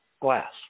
glass